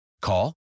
Call